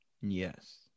Yes